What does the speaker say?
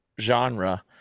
genre